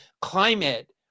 climate